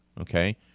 okay